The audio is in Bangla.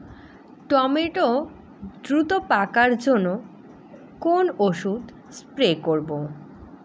টমেটো দ্রুত পাকার জন্য কোন ওষুধ স্প্রে করব?